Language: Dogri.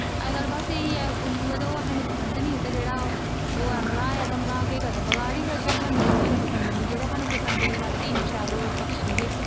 अजकल्ल बस एह् ही ऐ उल्लू ऐ ते ओह् स्हानू पसंद निं ते जेह्ड़ा ओह् ऐ मलाह् ऐ ते मलाह् केह् करदा बगाड़ ही करदा स्हानू ओह् वी शै पसंद निं जेह्ड़े स्हानू पसंद हे राती इन्ने शैल ओह् पक्षी हे